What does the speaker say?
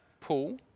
Paul